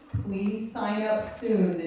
please sign up soon.